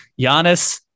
Giannis